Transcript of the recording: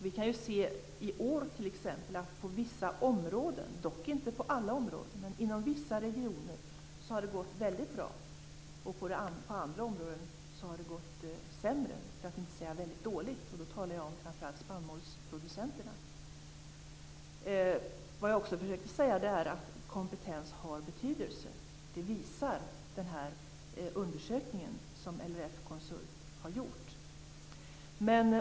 Vi kan t.ex. i år se att det inom vissa regioner, dock inte inom alla, har gått väldigt bra, medan det inom andra områden har gått sämre för att inte säga väldigt dåligt. Jag talar då framför allt om spannmålsproduktionen. Jag försökte också säga att kompetensen har betydelse. Det visar den undersökning som LRF-Konsult har gjort.